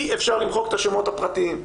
אי אפשר למחוק את השמות הפרטיים,